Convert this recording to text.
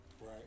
right